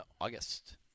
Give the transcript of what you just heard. August